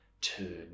turn